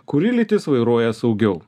kuri lytis vairuoja saugiau